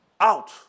out